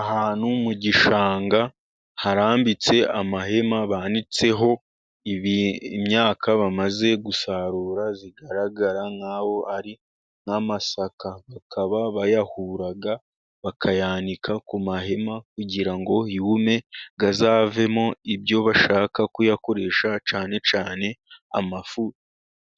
Ahantu mu gishanga harambitse amahema banitseho imyaka bamaze gusarura. Igaragara nk'aho ari nk'amasaka, bakaba bayahura, bakayanika ku mahema kugira ngo yume azavemo ibyo bashaka kuyakoresha cyane cyane amafu